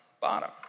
bottom